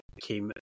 came